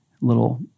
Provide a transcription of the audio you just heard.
little